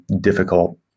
difficult